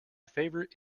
favourite